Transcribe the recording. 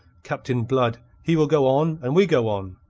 captain blood, he will go on, and we go on.